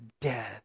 dead